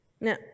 Now